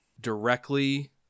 directly